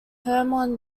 hermon